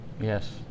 Yes